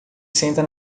senta